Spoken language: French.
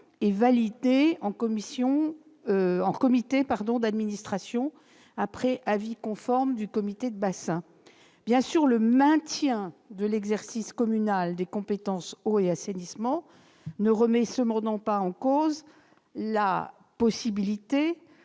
et validés en conseil d'administration après avis conforme du comité de bassin. Bien sûr, le maintien de l'exercice communal des compétences « eau » et « assainissement » ne remet pas en cause la possibilité